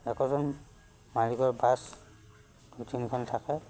একোজন মালিকৰ বাছ দুই তিনিখন থাকে